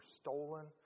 stolen